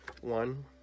One